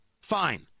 Fine